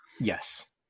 Yes